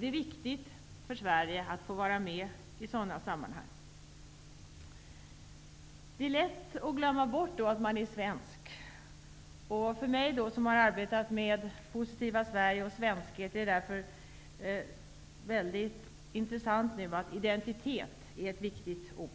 Det är viktigt för Sverige att få vara med i sådana sammanhang. Det är lätt att glömma bort att man är svensk. För mig som har arbetat med ''Positiva Sverige'' och svenskhet är det därför väldigt intressant att konstatera att identitet är ett viktigt ord,